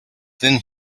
than